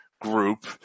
group